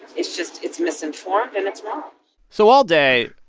it's just it's misinformed. and it's wrong so all day,